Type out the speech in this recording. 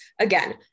Again